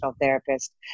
therapist